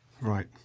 Right